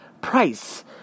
price